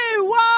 one